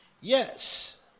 Yes